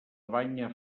banya